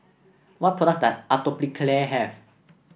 what product Atopiclair have